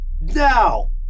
now